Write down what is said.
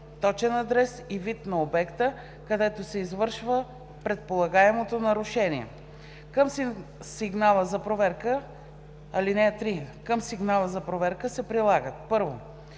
точен адрес и вид на обекта, където се извършва предполагаемото нарушение. (3) Към сигнала за проверка се прилагат: